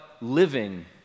living